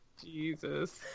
Jesus